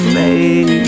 made